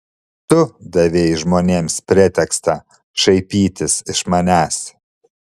tu davei žmonėms pretekstą šaipytis iš manęs